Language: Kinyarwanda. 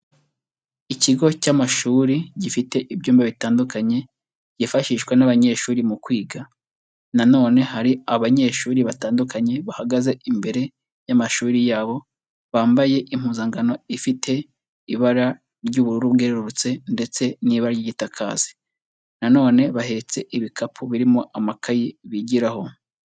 Ikigo cy'amashuri gifite ibyumba bitandukanye byifashishwa n'abanyeshuri mu kwiga, na none hari abanyeshuri batandukanye bahagaze imbere y'amashuri yabo, bambaye impuzankano ifite ibara ry'ubururu bwererutse ndetse n'ibara ry'itaka hasi, na none bahetse ibikapu birimo amakayi bigiraho.